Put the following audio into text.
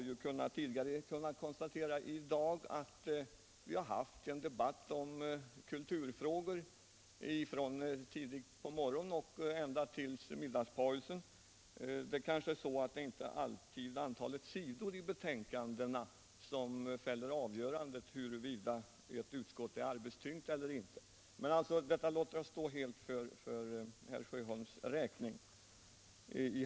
Vi kan konstatera att vi tidigare i dag har haft en debatt om kulturfrågor från tidigt på morgonen ända till middagspausen. Det är kanske inte alltid antalet sidor I betänkandena som avgör huruvida et utskolt är arbeistyngt eller inte. Jag låter herr Sjöholms påstående stå helt för hans räkning.